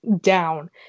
down